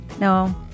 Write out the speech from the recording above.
No